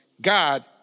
God